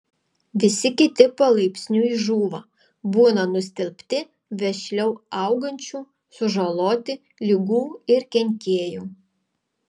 visi kiti palaipsniui žūva būna nustelbti vešliau augančių sužaloti ligų ir kenkėjų